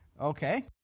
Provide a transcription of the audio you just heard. Okay